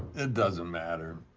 it doesn't matter.